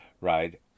right